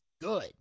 good